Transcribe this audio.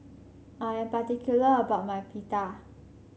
I am particular about my Pita